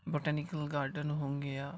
botanical garden ہو گیا